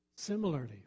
Similarly